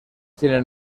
tienen